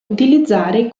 utilizzare